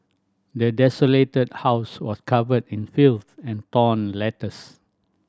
the desolated house was covered in filth and torn letters